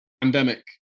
pandemic